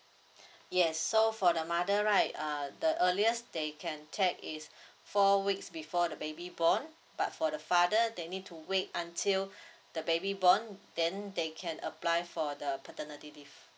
yes so for the mother right err the earliest they can check is four weeks before the baby born but for the father they need to wait until the baby born then they can apply for the paternity leave